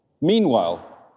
Meanwhile